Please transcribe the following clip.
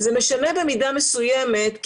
זה משנה במידה מסוימת.